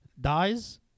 dies